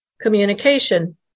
Communication